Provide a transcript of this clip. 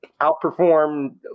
outperformed